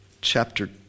Chapter